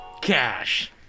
Cash